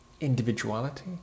individuality